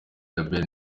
djabel